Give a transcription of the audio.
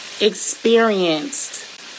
Experienced